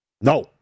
no